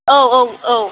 औ औ औ